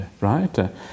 right